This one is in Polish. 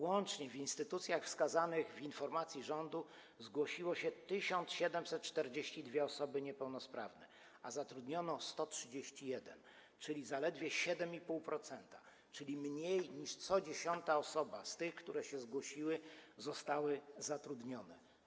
Łącznie w instytucjach wskazanych w informacji rządu zgłosiły się 1742 osoby niepełnosprawne, a zatrudniono 131, czyli zaledwie 7,5%, czyli mniej niż co dziesiąta osoba z tych, które się zgłosiły, została zatrudniona.